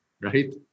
right